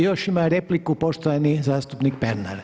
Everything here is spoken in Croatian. Još ima repliku poštovani zastupnik Pernar.